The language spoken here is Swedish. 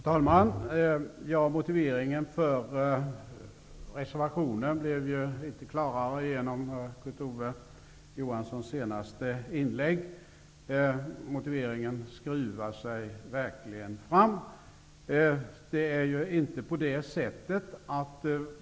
Herr talman! Motiveringen för reservationen blev inte klarare genom Kurt Ove Johanssons senaste inlägg. Motiveringen skruvar sig verkligen fram.